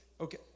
Okay